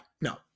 No